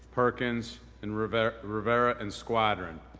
perkins, and rivera rivera and squadron.